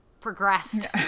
progressed